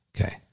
Okay